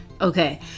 Okay